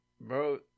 Bro